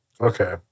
Okay